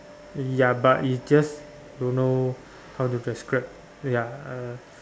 ya but it just don't know how to describe ya uh